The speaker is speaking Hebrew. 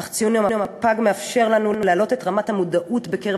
אך ציון יום הפג מאפשר לנו להעלות את רמת המודעות בקרב